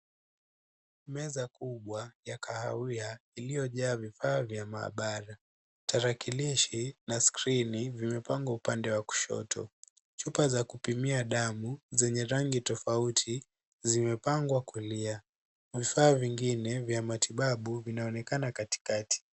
Meza kubwa ya kahawia iliyojaa vifaa vya maabara, tarakilishi na skrini vimepangwa upande wa kushoto. Chupa za kupimia damu zenye rangi tofauti zimepangwa kulia. Vifaa vingine vya matibabu vinaonekana katikati.